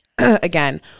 again